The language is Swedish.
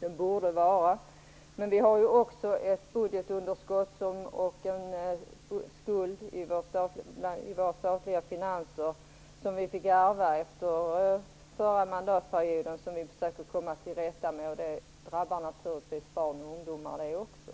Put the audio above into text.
den borde vara. Men vi har ju också ett budgetunderskott och en skuld i våra statliga finanser som vi fick ärva efter den förra mandatperioden. Nu försöker vi komma till rätta med detta, och det drabbar naturligtvis barn och ungdomar också.